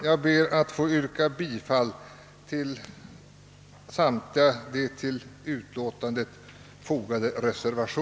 Jag ber att få yrka bi